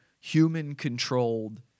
human-controlled